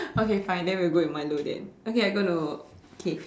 okay fine then we go with Milo then okay I going to okay